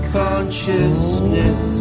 consciousness